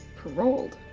paroled?